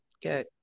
Good